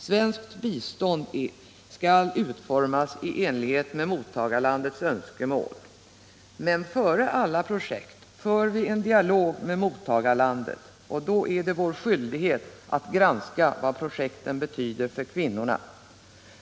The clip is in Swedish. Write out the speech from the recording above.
Svenskt bistånd skall utformas i enlighet med mottagarlandets önskemål. Men före alla projekt för vi en dialog med mottagarlandet, och då är det vår skyldighet att granska vad projekten betyder för kvinnorna.